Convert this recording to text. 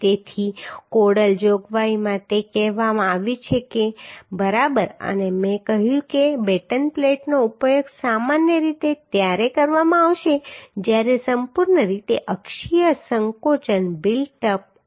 તેથી કોડલ જોગવાઈમાં તે કહેવામાં આવ્યું છે બરાબર અને મેં કહ્યું કે બેટન પ્લેટનો ઉપયોગ સામાન્ય રીતે ત્યારે કરવામાં આવશે જ્યારે સંપૂર્ણ રીતે અક્ષીય સંકોચન બિલ્ટ અપ કૉલમ પર કાર્ય કરે છે